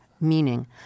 meaning